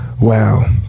Wow